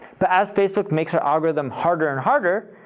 but as facebook makes their algorithm harder and harder,